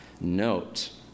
Note